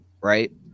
right